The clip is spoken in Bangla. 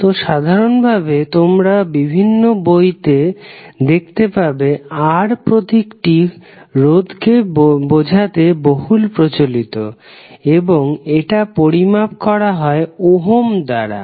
তো সাধারণভাবে তোমরা বিভিন্ন বইতে দেখতে পাবে R প্রতীক টি রোধকে বোঝাতে বহুল প্রচলিত এবং এটা পরিমাপ করা হয় ওহম দ্বারা